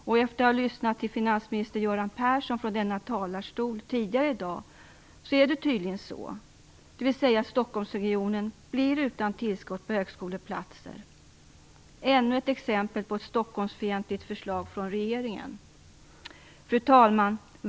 Och efter att ha lyssnat till finansminister Göran Persson tidigare i dag är det tydligen så, dvs. att Stockholmsregionen blir utan tillskott av högskoleplatser. Detta är ännu ett exempel på ett Stockholmsfientligt förslag från regeringen. Fru talman!